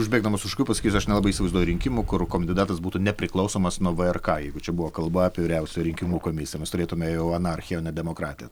užbėgdamas už akių pasakysiu aš nelabai įsivaizduoju rinkimų kur kandidatas būtų nepriklausomas nuo vrk jeigu čia buvo kalba apie vyriausiąją rinkimų komisiją mes turėtume jau anarchiją o ne demokratiją